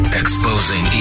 exposing